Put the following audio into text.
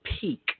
peak